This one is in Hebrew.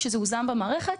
כשזה הוזן במערכת,